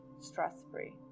stress-free